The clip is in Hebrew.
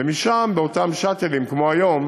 ומשם באותם שאטלים כמו היום